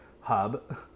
Hub